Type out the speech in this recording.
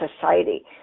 society